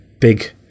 big